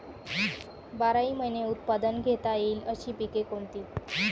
बाराही महिने उत्पादन घेता येईल अशी पिके कोणती?